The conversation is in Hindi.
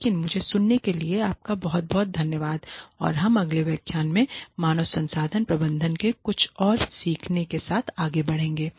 लेकिन मुझे सुनने के लिए आपका बहुत बहुत धन्यवाद और हम अगले व्याख्यान में मानव संसाधन प्रबंधन में कुछ और सीखने के साथ आगे बढ़ेंगे